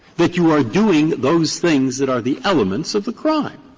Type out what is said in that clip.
that you are doing those things that are the elements of the crime.